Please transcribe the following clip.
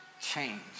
change